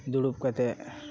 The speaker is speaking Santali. ᱫᱩᱲᱩᱵ ᱠᱟᱛᱮᱜ